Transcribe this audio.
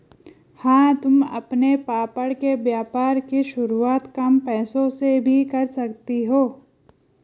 हाँ तुम अपने पापड़ के व्यापार की शुरुआत कम पैसों से भी कर सकती हो